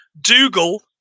Dougal